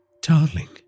Darling